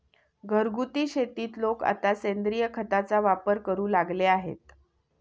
घरगुती शेतीत लोक आता सेंद्रिय खताचा वापर करू लागले आहेत